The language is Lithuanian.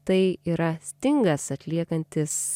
tai yra stingas atliekantis